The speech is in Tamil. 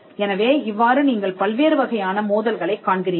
எனவே இவ்வாறு நீங்கள் பல்வேறு வகையான மோதல்களைக் காண்கிறீர்கள்